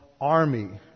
army